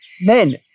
Men